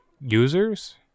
users